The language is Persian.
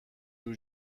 جور